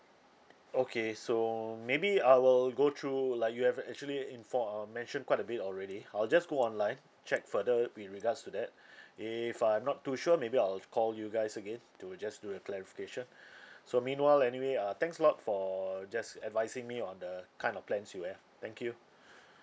okay so maybe I will go through like you have actually infor~ uh mentioned quite a bit already I'll just go online check further with regards to that if I'm not too sure maybe I'll call you guys again to just do a clarification so meanwhile anyway uh thanks a lot for just advising me on the kind of plans you have thank you